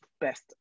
best